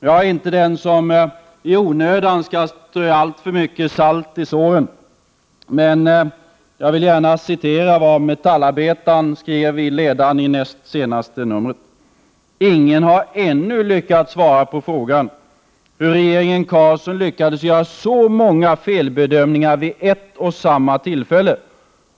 Jag är inte den somi onödan skall strö alltför mycket salt i såren, men jag vill ändå citera vad det stod i ledaren i det näst senaste numret av Metallarbetaren: ”Ingen har ännu lyckats svara på frågan hur regeringen Carlsson lyckades göra så många felbedömningar vid ett och samma tillfälle.